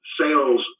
sales